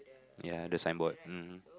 yeah the signboard mmhmm